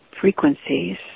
frequencies